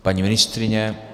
Paní ministryně?